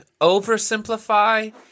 oversimplify